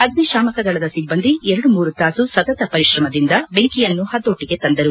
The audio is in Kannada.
ಅಗ್ನಿತಾಮಕದಳದ ಒಬ್ಲಂದಿ ಎರಡು ಮೂರು ತಾಸು ಸತತ ಪರಿಶ್ರಮದಿಂದ ಬೆಂಕಿಯನ್ನು ಪತೋಟಗೆ ತಂದರು